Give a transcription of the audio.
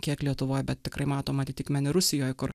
kiek lietuvoj bet tikrai matom atitikmenį rusijoj kur